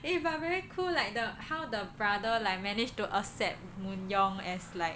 eh but very cool like the how the brother like manage to accept Moon Young as like